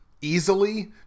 easily